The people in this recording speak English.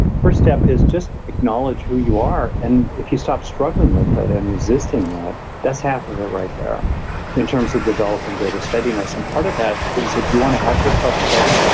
first step is just acknowledge who you are and if you stop struggling with it and resisting it and that's half of it right there in terms of developing greater steadiness. and part of that is if you want to help yourself steady,